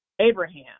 Abraham